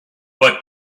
but